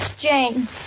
Jane